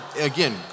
again